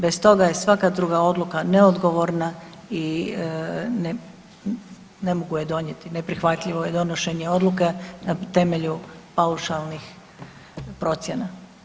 Bez toga je svaka druga odluka neodgovorna i ne mogu je donijeti, neprihvatljivo je donošenje odluke na temelju paušalnih procjena.